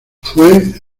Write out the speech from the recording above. fue